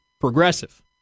progressive